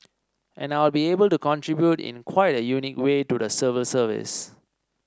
and I'll be able to contribute in quite a unique way to the civil service